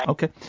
Okay